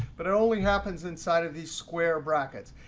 but it only happens inside of these square brackets.